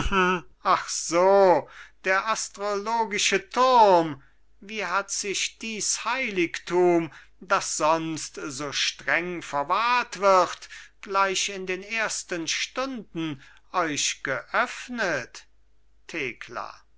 so der astrologische turm wie hat sich dies heiligtum das sonst so streng verwahrt wird gleich in den ersten stunden euch geöffnet thekla